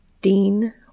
Dean